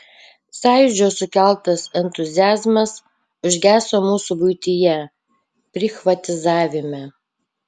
sąjūdžio sukeltas entuziazmas užgeso mūsų buityje prichvatizavime